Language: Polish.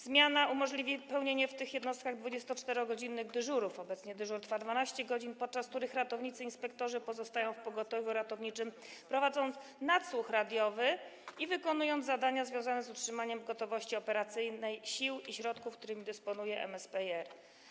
Zmiana umożliwi pełnienie w tych jednostkach 24-godzinnych dyżurów, obecnie dyżur trwa 12 godzin, podczas których ratownicy, inspektorzy pozostają w pogotowiu ratowniczym, prowadzą nasłuch radiowy i wykonują zadania związane z utrzymaniem w gotowości operacyjnej sił i środków, którymi dysponuje MSPiR.